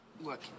Look